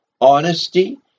Honesty